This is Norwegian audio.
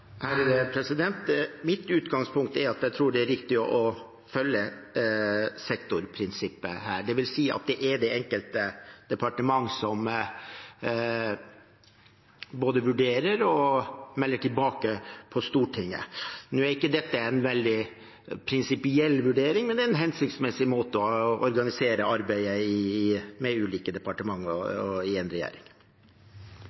Mitt utgangspunkt er at jeg tror det er riktig å følge sektorprinsippet her, dvs. at det er det enkelte departement som både vurderer og melder tilbake til Stortinget. Nå er ikke dette en veldig prinsipiell vurdering, men det er en hensiktsmessig måte å organisere arbeidet på med ulike departementer i en regjering. En siste replikk til Lene Vågslid – og